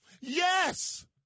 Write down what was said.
Yes